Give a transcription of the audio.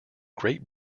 great